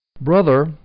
brother